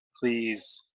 please